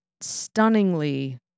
stunningly